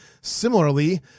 Similarly